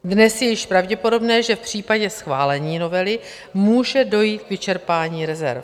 Dnes je již pravděpodobné, že v případě schválení novely může dojít k vyčerpání rezerv.